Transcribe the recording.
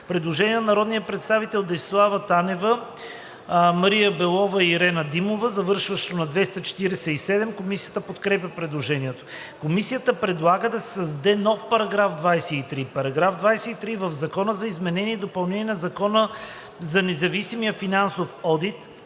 Предложение на народния представител Десислава Танева, Мария Белова и Ирена Димова, завършващо на 247. Комисията подкрепя предложението. Комисията предлага да се създаде нов § 23: „§ 23. В Закона за изменение и допълнение на Закона за независимия финансов одит